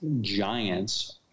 giants